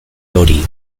hori